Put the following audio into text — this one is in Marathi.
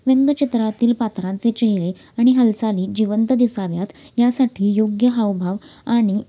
व्यंगचित्रातील पात्रांचे चेहरे आणि हालचाली जिवंत दिसाव्यात यासाठी योग्य हावभाव आणि